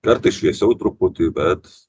kartais šviesiau truputį bet